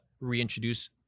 reintroduce